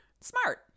smart